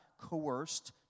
coerced